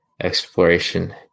exploration